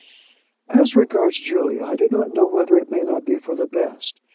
as regards julia, i do not know whether it may not be for the best.